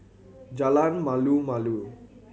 Jalan Malu Malu